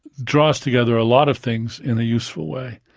draws together a lot of things in a useful way.